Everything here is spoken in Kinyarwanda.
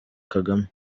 kagame